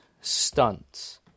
stunts